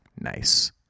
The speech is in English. nice